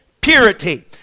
purity